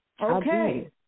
Okay